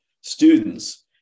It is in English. students